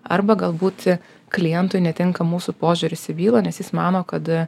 arba galbūt klientui netinka mūsų požiūris į bylą nes jis mano kad